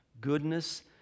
goodness